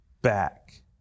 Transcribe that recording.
back